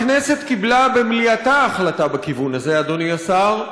הכנסת קיבלה במליאתה החלטה בכיוון הזה, אדוני השר,